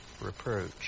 reproach